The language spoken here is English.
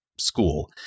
school